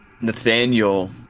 Nathaniel